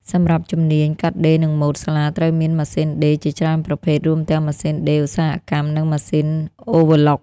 សម្រាប់ជំនាញ កាត់ដេរនិងម៉ូដ សាលាត្រូវមានម៉ាស៊ីនដេរជាច្រើនប្រភេទ រួមទាំងម៉ាស៊ីនដេរឧស្សាហកម្មនិងម៉ាស៊ីនអូវើឡុក។